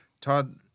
Todd